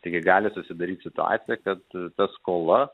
taigi gali susidaryt situacija kad ta skola